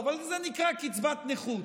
אבל זה נקרא קצבת נכות.